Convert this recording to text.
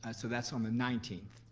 and so that's on the nineteenth.